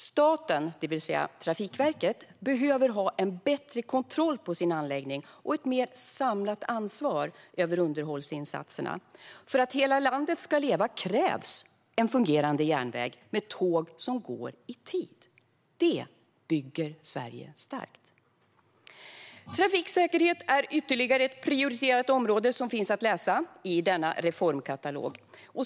Staten, det vill säga Trafikverket, behöver ha en bättre kontroll på sin anläggning och ett mer samlat ansvar över underhållsinsatserna. För att hela landet ska leva krävs en fungerande järnväg med tåg som går i tid. Det bygger Sverige starkt. Trafiksäkerhet är ytterligare ett prioriterat område som finns att läsa om i denna reformkatalog.